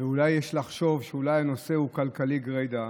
ויש שחושבים שאולי הנושא הוא כלכלי גרידא.